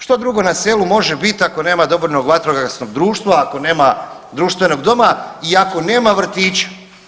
Što drugo na selu može biti ako nema dobrovoljnog vatrogasnog društva, ako nema društvenog doma i ako nema vrtića?